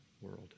world